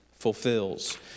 fulfills